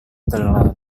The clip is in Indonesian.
telat